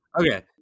okay